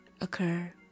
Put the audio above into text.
occur